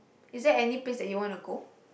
is there any place that you wanna go